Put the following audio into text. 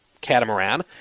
catamaran